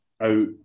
out